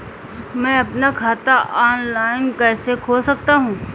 मैं अपना खाता ऑफलाइन कैसे खोल सकता हूँ?